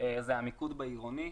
זה המיקוד בעירוני.